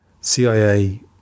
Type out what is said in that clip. CIA